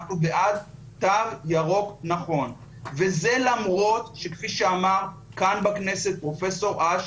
אנחנו בעד תו ירוק נכון וזה למרות שכפי שאמר כאן בכנסת פרופ' אש,